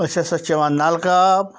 أسۍ ہَسا چھِ چٮ۪وان نَلکہٕ آب